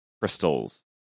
crystals